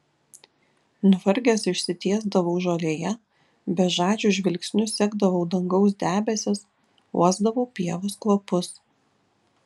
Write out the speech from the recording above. nuvargęs išsitiesdavau žolėje bežadžiu žvilgsniu sekdavau dangaus debesis uosdavau pievos kvapus